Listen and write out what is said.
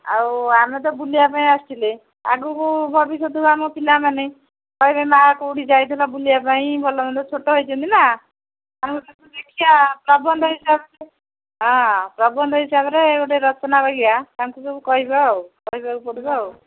ଆଉ ଆମେ ତ ବୁଲିବା ପାଇଁ ଆସିଥିଲେ ଆଗକୁ ଭବିଷ୍ୟତ ଆମ ପିଲାମାନେ କହିବେ ମାଆ କୋଉଠି ଯାଇଥିଲା ବୁଲିବା ପାଇଁ ଭଲ ମନ୍ଦ ଛୋଟ ହେଇଛନ୍ତି ନା ଦେଖିବା ପ୍ରବନ୍ଧ ହିସାବରେ ହଁ ପ୍ରବନ୍ଧ ହିସାବରେ ଗୋଟେ ରଚନା ଭଳିଆ ତାଙ୍କୁ ସବୁ କହିବ ଆଉ କହିବାକୁ ପଡ଼ିବ ଆଉ